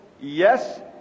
yes